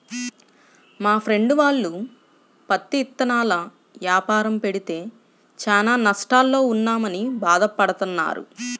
మా ఫ్రెండు వాళ్ళు పత్తి ఇత్తనాల యాపారం పెడితే చానా నష్టాల్లో ఉన్నామని భాధ పడతన్నారు